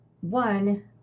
one